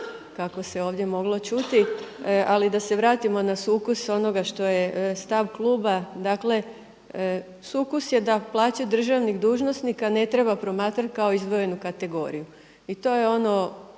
kako se ovdje moglo čuti. Ali da se vratimo na sukus onoga što je stav kluba, dakle sukus je da plaće državnih dužnosnika ne treba promatrati kao izdvojenu kategoriju i to je